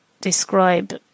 describe